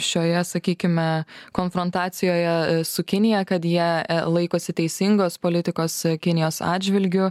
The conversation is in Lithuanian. šioje sakykime konfrontacijoje su kinija kad jie laikosi teisingos politikos kinijos atžvilgiu